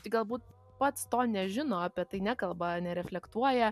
tik galbūt pats to nežino apie tai nekalba nereflektuoja